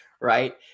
right